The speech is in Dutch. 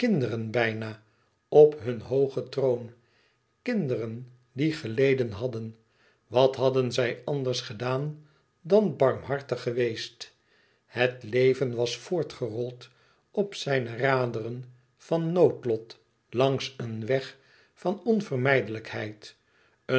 bijna op hun hoogen troon kinderen die geleden hadden wat hadden zij anders gedaan dan barmhartig geweest het leven was voortgerold op zijne raderen van noodlot langs een weg van onvermijdelijkheid een